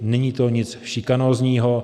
Není to nic šikanózního.